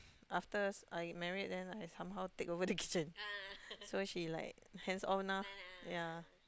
after I married then I somehow take over the kitchen so she like hands off now ya